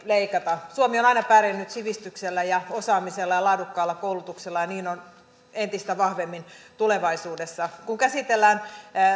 leikata suomi on aina pärjännyt sivistyksellä ja osaamisella ja laadukkaalla koulutuksella ja niin on entistä vahvemmin tulevaisuudessa kun käsitellään